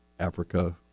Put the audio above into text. Africa